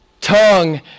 tongue